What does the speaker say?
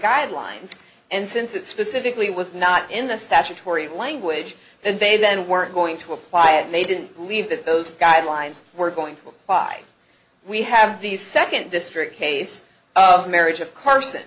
guidelines and since it specifically was not in the statutory language they then weren't going to apply and they didn't believe that those guidelines were going to buy we have the second district case of marriage of